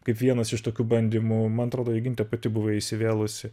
kaip vienas iš tokių bandymų man atrodo joginte pati buvai įsivėlusi